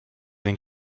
den